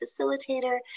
facilitator